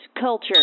culture